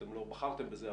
אתם לא בחרתם בזה,